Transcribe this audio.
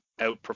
outperform